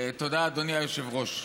תודה, אדוני היושב-ראש.